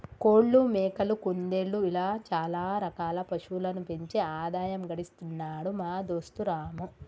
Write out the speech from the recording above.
కోళ్లు మేకలు కుందేళ్లు ఇలా చాల రకాల పశువులను పెంచి ఆదాయం గడిస్తున్నాడు మా దోస్తు రాము